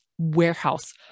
warehouse